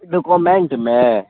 document میں